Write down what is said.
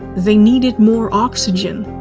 they needed more oxygen.